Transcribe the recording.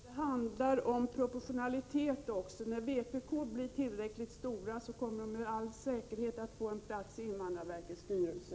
Herr talman! Det handlar också om proportionalitet, Alexander Chrisopoulos. När vpk blir tillräckligt stort kommer partiet med all säkerhet att få en plats i invandrarverkets styrelse.